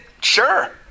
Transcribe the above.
sure